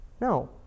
No